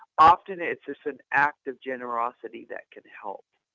often it's just an act of generosity that can help.